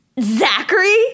Zachary